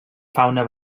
fauna